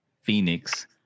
Phoenix